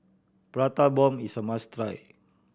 Prata Bomb is a must try